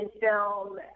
film